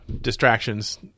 distractions